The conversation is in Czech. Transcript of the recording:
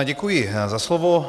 Děkuj za slovo.